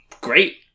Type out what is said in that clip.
Great